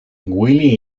willy